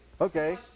okay